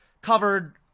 covered